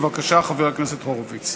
בבקשה, חבר הכנסת הורוביץ.